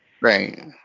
Right